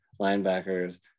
linebackers